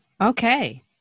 okay